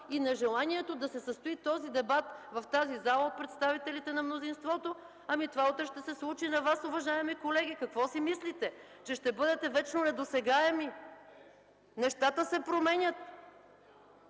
и нежеланието да се състои този дебат в тази зала на представителите на мнозинството! Това утре ще се случи и на Вас, уважаеми колеги! Какво си мислите – че ще бъдете вечно недосегаеми?! Нещата се променят!